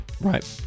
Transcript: Right